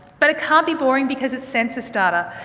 but it can't be boring because it's census data!